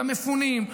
למפונים,